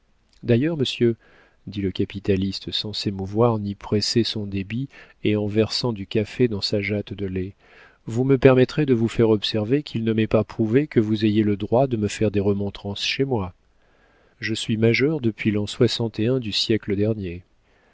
d'ailleurs monsieur dit le capitaliste sans s'émouvoir ni presser son débit et en versant du café dans sa jatte de lait vous me permettrez de vous faire observer qu'il ne m'est pas prouvé que vous ayez le droit de me faire des remontrances chez moi je suis majeur depuis l'an soixante et un du siècle dernier